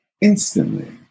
Instantly